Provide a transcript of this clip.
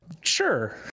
sure